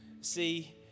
see